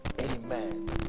Amen